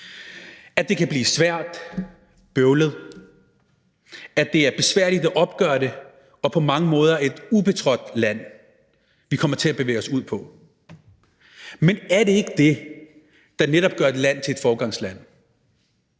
at det kan blive svært, bøvlet, at det er besværligt at opgøre det og på mange måder ubetrådt land, vi kommer til at bevæge os ud på. Men er det ikke det, at man går forrest